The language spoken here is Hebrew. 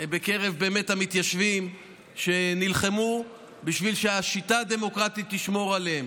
בקרב המתיישבים שנלחמו בשביל שהשיטה הדמוקרטית תשמור עליהם,